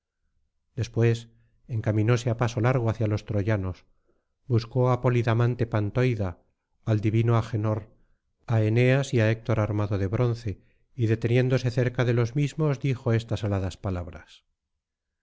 después encaminóse á paso largo hacia los troyanos buscó á polidamante pantoida al divino agenor á eneas y á héctor armado de bronce y deteniéndose cerca de los mismos dijo estas aladas palabra